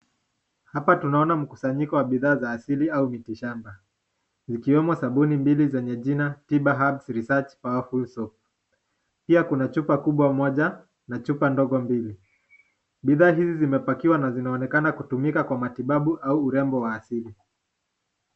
Hapa tunaona mkusanyiko wa bidhaa za asili au miti shamba, zikiwemo sabuni mbili zenye jina Tiba Hubs Research Powerful Soap. Pia kuna chupa kubwa moja na chupa ndogo mbili. Bidhaa hizi zimepakiwa na zinaonekana kutumika kwa matibabu au urembo wa asili.